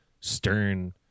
stern